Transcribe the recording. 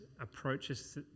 approaches